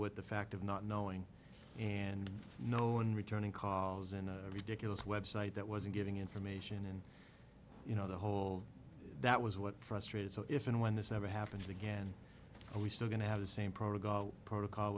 with the fact of not knowing and no one returning calls in a ridiculous website that wasn't giving information and you know the whole that was what frustrated so if and when this ever happens again are we still going to have the same protocol